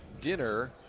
dinner